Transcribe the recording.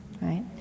Right